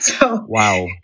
Wow